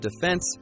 defense